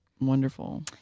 Wonderful